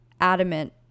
adamant